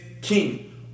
king